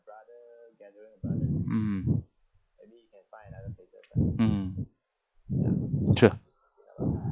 mm mm sure